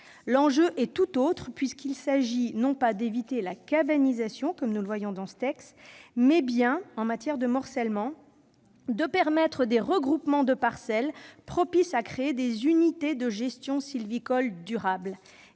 L'enjeu est tout autre, puisqu'il s'agit non pas d'éviter la « cabanisation », objet de ce texte, mais bien, pour lutter contre le morcellement, de permettre des regroupements de parcelles propices à créer des unités de gestion sylvicole durable.